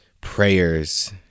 prayers